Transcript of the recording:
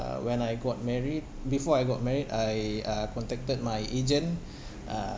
when I got married before I got married I uh contacted my agent uh